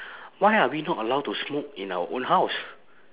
why are we not allowed to smoke in our own house